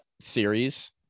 series